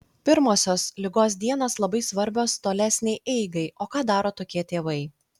pirmosios ligos dienos labai svarbios tolesnei eigai o ką daro tokie tėvai